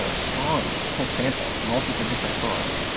ah songs pull samples from all sorts of different songs.